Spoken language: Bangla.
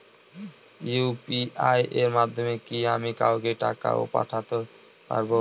ইউ.পি.আই এর মাধ্যমে কি আমি কাউকে টাকা ও পাঠাতে পারবো?